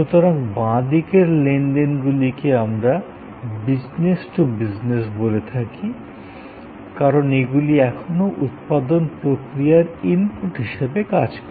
সুতরাং বাঁ দিকের লেনদেনগুলিকে আমরা বিজনেস টু বিজনেস বলে থাকি কারণ এগুলি এখনও উৎপাদন প্রক্রিয়ার ইনপুট হিসাবে কাজ করে